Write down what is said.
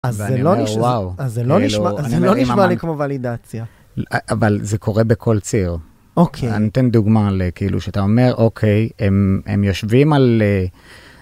אז זה לא נשמע לי כמו ולידציה. אבל זה קורה בכל ציר. אוקיי. אני אתן דוגמה, כאילו, שאתה אומר, אוקיי, הם יושבים על...